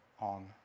on